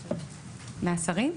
מהשרים?